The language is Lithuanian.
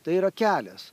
tai yra kelias